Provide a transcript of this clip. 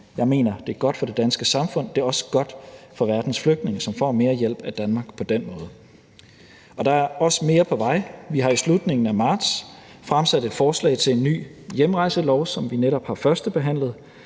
Jeg mener, det er godt for det danske samfund, og det er også godt for verdens flygtninge, som får mere hjælp af Danmark på den måde, og der er også mere på vej. Vi har i slutningen af marts fremsat et forslag til en ny hjemrejselov, som vi netop har førstebehandlet,